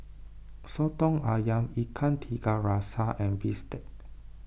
Soto Ayam Ikan Tiga Rasa and Bistake